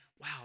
wow